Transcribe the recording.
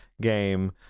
game